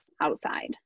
outside